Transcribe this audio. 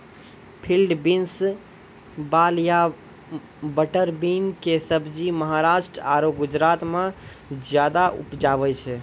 field beans, वाल या butter bean कॅ सब्जी महाराष्ट्र आरो गुजरात मॅ ज्यादा उपजावे छै